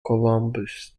columbus